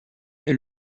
est